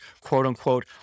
quote-unquote